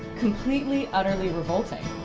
completely, utterly revolting.